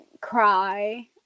cry